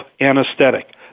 anesthetic